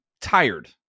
tired